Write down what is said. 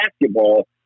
basketball